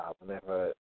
Whenever